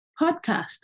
Podcast